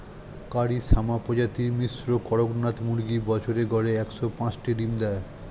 কারি শ্যামা প্রজাতির মিশ্র কড়কনাথ মুরগী বছরে গড়ে একশ পাঁচটি ডিম দেয়